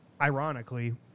ironically